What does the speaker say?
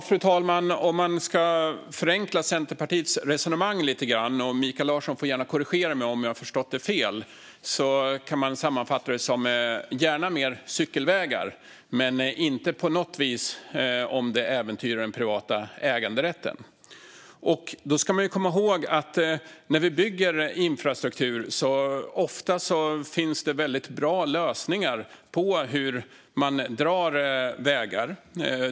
Fru talman! Om jag ska förenkla Centerpartiets resonemang lite grann - Mikael Larsson får gärna korrigera mig om jag har förstått det fel - kan jag sammanfatta det som att man gärna vill ha mer cykelvägar men inte om det på något vis äventyrar den privata äganderätten. Då ska man komma ihåg att när det byggs infrastruktur finns det ofta väldigt bra lösningar för hur man drar vägar.